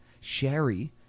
Sherry